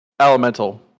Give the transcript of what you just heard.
elemental